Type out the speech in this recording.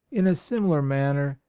in a similar manner,